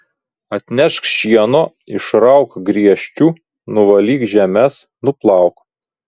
atnešk šieno išrauk griežčių nuvalyk žemes nuplauk